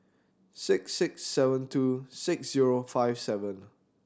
six six seven two six zero five seven